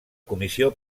comissió